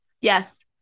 Yes